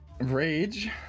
rage